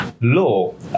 law